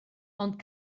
ond